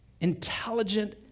intelligent